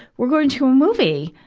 we're going to a movie.